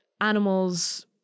animals